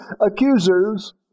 accusers